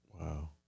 Wow